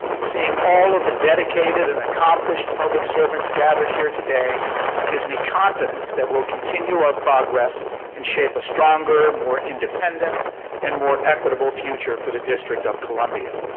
seeing all of the dedicated and accomplished public servants gathered here today gives me confidence that we'll continue our progress and shape a stronger, more independent and more equitable future for the district of columbia.